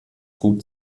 gut